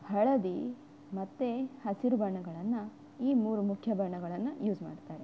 ಹಳದಿ ಮತ್ತು ಹಸಿರು ಬಣ್ಣಗಳನ್ನು ಈ ಮೂರು ಮುಖ್ಯ ಬಣ್ಣಗಳನ್ನು ಯೂಸ್ ಮಾಡ್ತಾರೆ